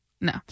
No